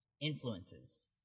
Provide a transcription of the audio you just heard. influences